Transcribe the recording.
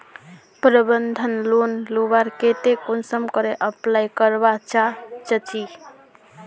प्रबंधन लोन लुबार केते कुंसम करे अप्लाई करवा चाँ चची?